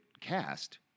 cast